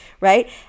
right